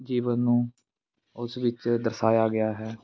ਜੀਵਨ ਨੂੰ ਉਸ ਵਿੱਚ ਦਰਸਾਇਆ ਗਿਆ ਹੈ